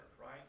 right